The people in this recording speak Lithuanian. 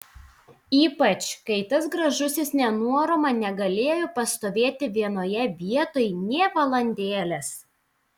ypač kai tas gražusis nenuorama negalėjo pastovėti vienoje vietoj nė valandėlės